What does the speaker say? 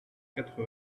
quatre